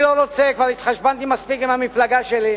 כבר התחשבנתי מספיק עם המפלגה שלי,